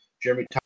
Jeremy